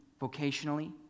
vocationally